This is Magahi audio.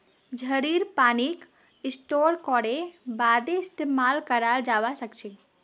झड़ीर पानीक स्टोर करे बादे इस्तेमाल कराल जबा सखछे